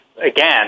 again